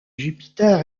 jupiter